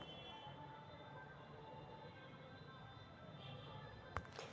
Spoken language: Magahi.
कर्जा पर छूट कहियो काल सरकार द्वारा सेहो उपलब्ध करायल जाइ छइ